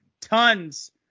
tons